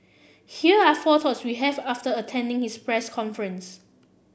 here are four thoughts we have after attending his press conference